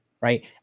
right